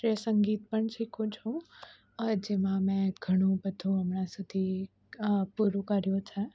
શાસ્ત્રીય સંગીત પણ શીખું છું જેમાં મેં ઘણું બધુ હમણાં સુધી પૂરું કર્યું છે